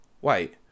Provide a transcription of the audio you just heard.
wait